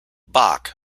bach